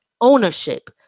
ownership